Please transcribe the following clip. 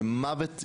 שמוות,